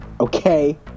Okay